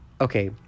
Okay